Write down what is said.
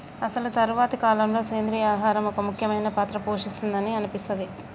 అసలు తరువాతి కాలంలో, సెంద్రీయ ఆహారం ఒక ముఖ్యమైన పాత్ర పోషిస్తుంది అని అనిపిస్తది